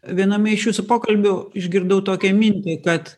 viename iš jūsų pokalbių išgirdau tokią mintį kad